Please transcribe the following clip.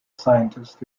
scientists